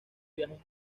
viajes